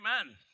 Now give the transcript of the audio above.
Amen